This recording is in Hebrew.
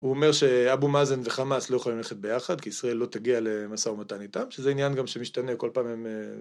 הוא אומר שאבו מאזן וחמאס לא יכולים ללכת ביחד כי ישראל לא תגיע למסע ומתן איתם שזה עניין גם שמשתנה כל פעם הם